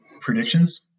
predictions